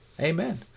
Amen